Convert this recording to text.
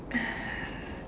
uh